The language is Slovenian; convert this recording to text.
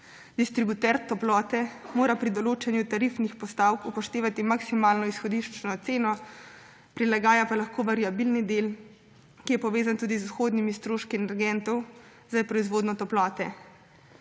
Distributer toplote mora pri določanju tarifnih postavk upoštevati maksimalno izhodiščno ceno, prilagaja pa lahko variabilni del, ki je povezan tudi z vhodnimi stroški energentov za proizvodnjo toplote.